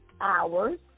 hours